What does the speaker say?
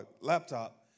laptop